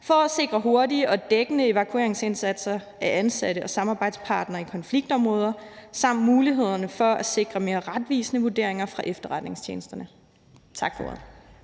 for at sikre hurtige og dækkende evakueringsindsatser til ansatte og samarbejdspartnere i konfliktområder og mulighederne for at sikre mere retvisende vurderinger fra efterretningstjenesterne.« (Forslag